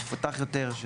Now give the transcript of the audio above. מפותח יותר,